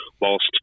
Whilst